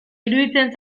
iruditzen